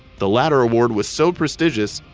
the latter award was so prestigious,